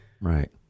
right